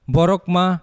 Borokma